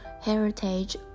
heritage